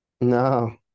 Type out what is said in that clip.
No